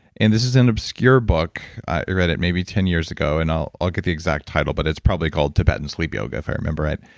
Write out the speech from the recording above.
and this is an obscure book. i read it maybe ten years ago and i'll i'll get the exact title, but it's probably called tibetan sleep yoga, if i remember right.